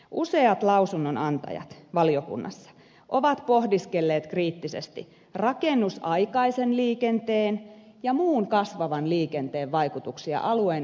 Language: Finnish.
useat lausunnonantajat valiokunnassa ovat pohdiskelleet kriittisesti rakennusaikaisen liikenteen ja muun kasvavan liikenteen vaikutuksia alueen ympäristölle ja luonnolle